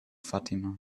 fatima